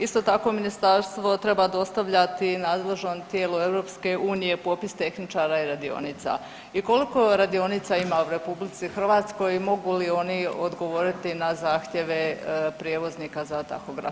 Isto tako, Ministarstvo treba dostavljati nadležnom tijelu EU popis tehničara i radionica i koliko radionica ima u RH i mogu li oni odgovoriti na zahtjeve prijevoznika za tahografima?